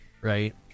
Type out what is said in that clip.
right